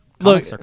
Look